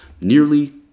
nearly